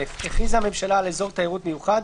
"(א) הכריזה הממשלה על אזור תיירות מיוחד,